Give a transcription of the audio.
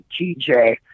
TJ